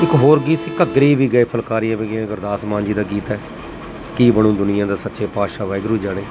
ਇੱਕ ਹੋਰ ਗੀਤ ਸੀ ਘੱਗਰੇ ਵੀ ਗਏ ਫੁਲਕਾਰੀਆਂ ਵੀ ਗਏ ਗੁਰਦਾਸ ਮਾਨ ਜੀ ਦਾ ਗੀਤ ਹੈ ਕੀ ਬਣੂ ਦੁਨੀਆਂ ਦਾ ਸੱਚੇ ਪਾਤਸ਼ਾਹ ਵਾਹਿਗੁਰੂ ਜਾਣੇ